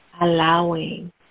allowing